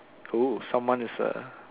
oo someone is a